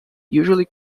usually